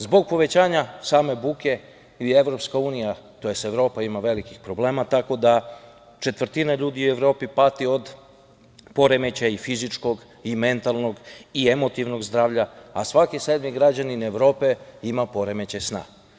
Zbog povećanja same buke i EU, tj. Evropa, ima velikih problema, tako da četvrtina ljudi u Evropi pati od poremećaja fizičkog, mentalnog i emotivnog zdravlja, a svaki sedmi građanin Evrope ima poremećaj sna.